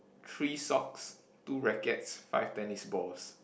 three socks two rackets five tennis balls